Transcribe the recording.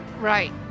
Right